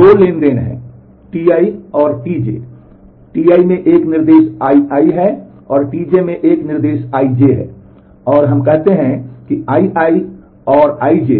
तो दो ट्रांज़ैक्शन हैं Ti और Tj Ti में एक निर्देश Ii है Tj में एक निर्देश Ij है और हम कहते हैं कि Ii ad Ij